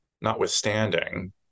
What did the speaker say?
notwithstanding